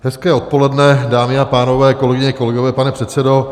Hezké odpoledne, dámy a pánové, kolegyně, kolegové, pane předsedo.